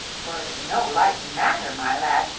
for it is no light matter, my lad,